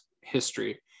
history